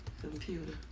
computer